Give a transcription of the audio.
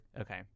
Okay